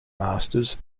masters